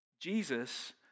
Jesus